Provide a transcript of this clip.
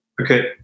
okay